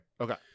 Okay